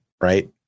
right